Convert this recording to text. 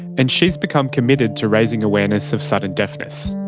and she has become committed to raising awareness of sudden deafness.